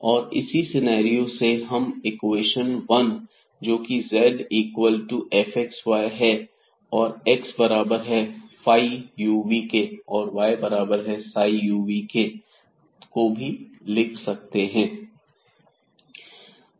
और इसी सिनेरियो से हम इक्वेशन 1 जोकि z is equal to fxy है और x बराबर है फाई u v के और वाई बराबर है साई ं u v के को भी लिख सकते हैं